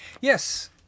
yes